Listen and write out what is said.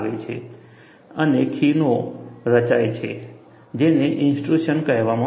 અને ખીણો valleys valleys રચાય છે જેને ઇન્ટ્રુશન કહેવામાં આવે છે